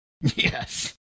Yes